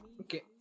Okay